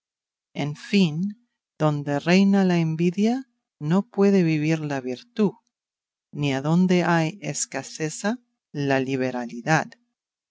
en fin donde reina la envidia no puede vivir la virtud ni adonde hay escaseza la liberalidad